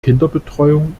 kinderbetreuung